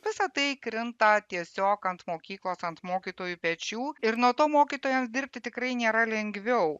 visa tai krinta tiesiog ant mokyklos ant mokytojų pečių ir nuo to mokytojam dirbti tikrai nėra lengviau